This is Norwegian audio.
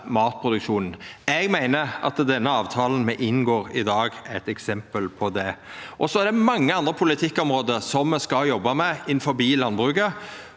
matproduksjonen. Eg meiner at den avtalen me inngår i dag, er eit eksempel på det. Det er mange andre politikkområde me skal jobba med innanfor landbruket.